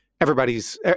everybody's